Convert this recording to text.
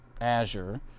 Azure